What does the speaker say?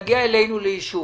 מגיע אלינו לאישור.